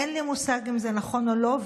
אין לי מושג אם זה נכון או לא,